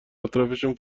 اطرافشون